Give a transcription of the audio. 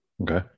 Okay